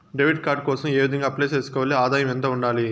Debit card కోసం ఏ విధంగా అప్లై సేసుకోవాలి? ఆదాయం ఎంత ఉండాలి?